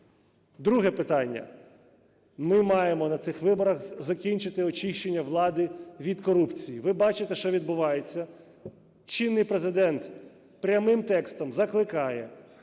Друге питання. Ми маємо на цих виборах закінчити очищення влади від корупції. Ви бачите, що відбувається. Чинний Президент прямим текстом закликає: